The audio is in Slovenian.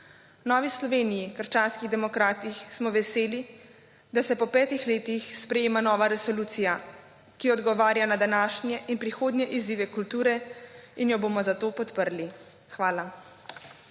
Novi Sloveniji – krščanski demokrati smo veseli, da se po petih letih sprejema nova resolucija, ki odgovarja na današnje in prihodnje izzive kulture in jo bomo, zato podprli. Hvala.